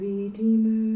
Redeemer